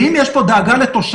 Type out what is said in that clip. ואם יש פה דאגה לתושבים,